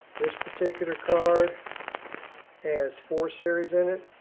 this particular card has four series in it.